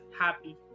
happy